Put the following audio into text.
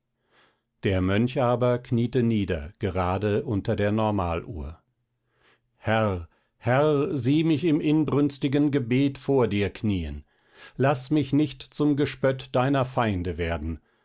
der mönch aber kniete nieder gerade unter der normaluhr herr herr sieh mich im inbrünstigen gebet vor dir knien laß mich nicht zum gespött deiner feinde werden